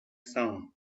some